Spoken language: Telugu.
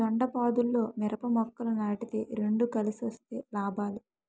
దొండపాదుల్లో మిరప మొక్కలు నాటితే రెండు కలిసొస్తే లాభాలు